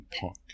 punk